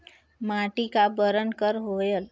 माटी का बरन कर होयल?